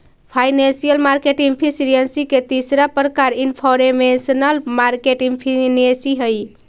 financial market efficiency के तीसरा प्रकार इनफॉरमेशनल मार्केट एफिशिएंसी हइ